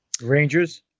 Rangers